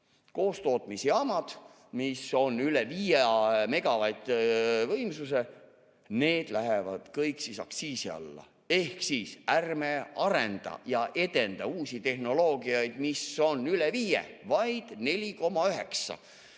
Koostootmisjaamad, mis on üle 5‑megavatise võimsusega, need lähevad kõik aktsiisi alla. Ehk siis ärme arendame ja edendame uusi tehnoloogiaid, mis on üle 5 MW, vaid 4,9